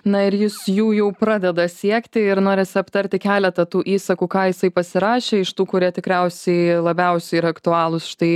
na ir jis jų jau pradeda siekti ir noris aptarti keletą tų įsakų ką jisai pasirašė iš tų kurie tikriausiai labiausiai yra aktualūs štai